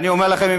ואני אומר לכם,